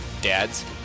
Dads